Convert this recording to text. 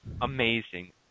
Amazing